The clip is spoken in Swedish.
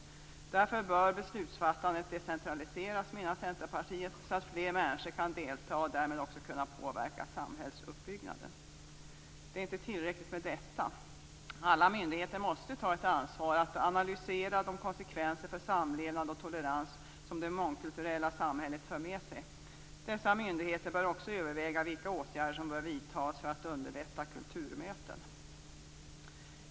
Därför bör beslutsfattandet decentraliseras, anser Centerpartiet, så att flera människor kan delta och därmed också påverka samhällsuppbyggnaden. Det är inte tillräckligt med detta. Alla myndigheter måste ta ett ansvar för att analysera de konsekvenser för samlevnad och tolerans som det mångkulturella samhället för med sig. Dessa myndigheter bör också överväga vilka åtgärder som bör vidtas för att underlätta kulturmöten.